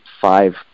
five